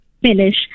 finish